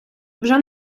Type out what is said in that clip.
вже